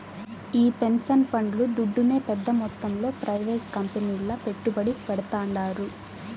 ఈ పెన్సన్ పండ్లు దుడ్డునే పెద్ద మొత్తంలో ప్రైవేట్ కంపెనీల్ల పెట్టుబడి పెడ్తాండారు